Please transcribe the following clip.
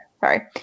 sorry